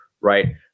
right